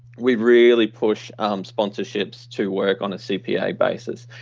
we really push sponsorships to work on a cpa basis.